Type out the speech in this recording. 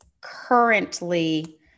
currently